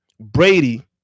Brady